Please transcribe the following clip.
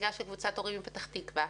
נציגה של קבוצת הורים מפתח תקווה,